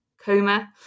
coma